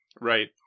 Right